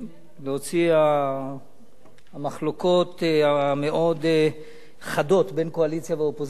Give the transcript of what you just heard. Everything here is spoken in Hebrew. להוציא המחלוקות המאוד-חדות בין קואליציה ואופוזיציה,